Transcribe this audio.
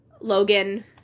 Logan